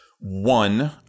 One